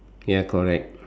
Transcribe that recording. ya correct